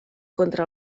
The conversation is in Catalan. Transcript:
contra